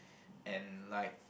and like